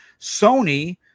Sony